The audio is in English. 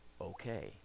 okay